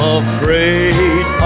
afraid